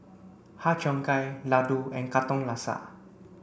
Har Cheong Gai Laddu and Katong Laksa